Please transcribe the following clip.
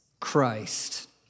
Christ